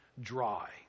dry